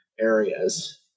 areas